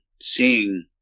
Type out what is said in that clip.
seeing